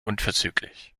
unverzüglich